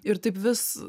ir taip vis